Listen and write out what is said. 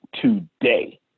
today